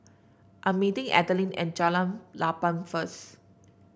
I'm meeting Adelyn at Jalan Lapang first